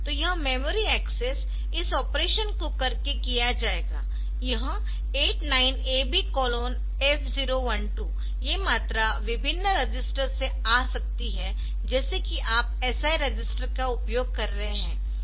तो यह memory access इस ऑपरेशन को करके किया जाएगा यह 89AB F012 ये मात्रा विभिन्न रजिस्टर्स से आ सकती है जैसे कि आप SI रजिस्टर का उपयोग कर रहे है